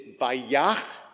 Vayach